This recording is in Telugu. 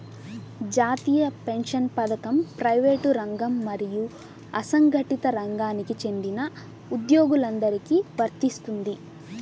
జాతీయ పెన్షన్ పథకం ప్రైవేటు రంగం మరియు అసంఘటిత రంగానికి చెందిన ఉద్యోగులందరికీ వర్తిస్తుంది